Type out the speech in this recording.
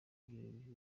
bigo